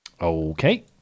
Okay